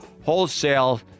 Wholesale